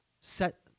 set